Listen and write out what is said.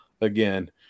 again